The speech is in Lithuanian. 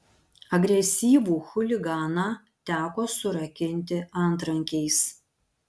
agresyvų chuliganą teko surakinti antrankiais